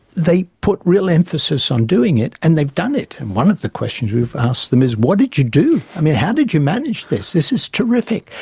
they put real emphasis on doing it and they've done it and one of the questions we've asked them is what did you do, i mean how did you manage this, this is terrific?